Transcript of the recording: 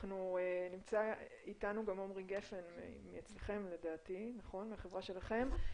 נמצא איתנו עמרי גפן מהחברה שלכם,